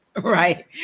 Right